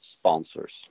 sponsors